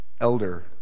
elder